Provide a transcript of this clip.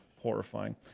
horrifying